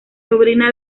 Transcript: sobrina